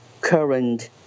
current